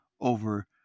over